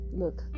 look